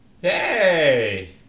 Hey